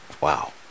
Wow